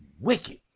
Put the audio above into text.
wicked